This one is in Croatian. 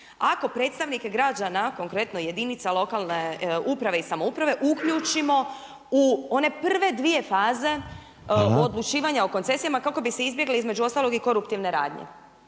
ako predstavnike građana, konkretno jedinice lokalne uprave i samouprave uključimo u one prve dvije faze u odlučivanjima o koncesijama kako bi se izbjegli između ostalog i koruptivne radnje.